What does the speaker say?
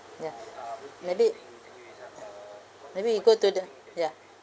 ya maybe maybe we go to the ya